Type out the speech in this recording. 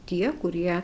tie kurie